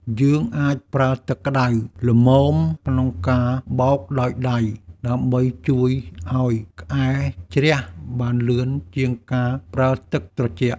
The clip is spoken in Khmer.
យើងអាចប្រើទឹកក្តៅល្មមក្នុងការបោកដោយដៃដើម្បីជួយឱ្យក្អែលជ្រះបានលឿនជាងការប្រើទឹកត្រជាក់។